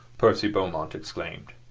percy beaumont exclaimed.